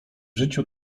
życiu